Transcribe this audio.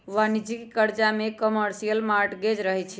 वाणिज्यिक करजा में कमर्शियल मॉर्टगेज रहै छइ